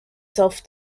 self